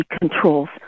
controls